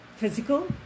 physical